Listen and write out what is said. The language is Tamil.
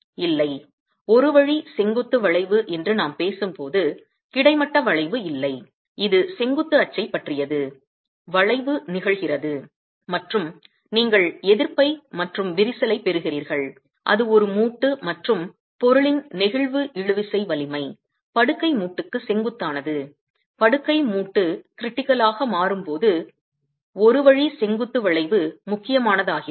இல்லை ஒரு வழி செங்குத்து வளைவு என்று நாம் பேசும் போது கிடைமட்ட வளைவு இல்லை இது செங்குத்து அச்சைப் பற்றியது வளைவு நிகழ்கிறது மற்றும் நீங்கள் எதிர்ப்பை மற்றும் விரிசல் ஐ பெறுகிறீர்கள் அது ஒரு மூட்டு மற்றும் பொருளின் நெகிழ்வு இழுவிசை வலிமை படுக்கை மூட்டுக்கு செங்குத்தானது படுக்கை மூட்டு க்ரிட்டிக்கல் ஆக மாறும் போது ஒரு வழி செங்குத்து வளைவு முக்கியமானதாகிறது